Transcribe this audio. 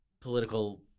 political